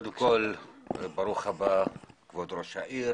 ברוך הבא כבוד ראש העיר